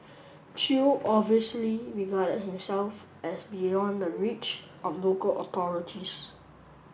chew obviously regarded himself as beyond the reach of local authorities